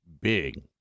big